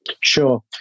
Sure